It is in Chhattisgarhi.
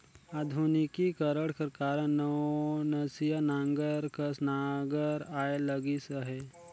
आधुनिकीकरन कर कारन नवनसिया नांगर कस नागर आए लगिस अहे